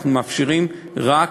אנחנו מאפשרים רק